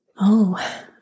Oh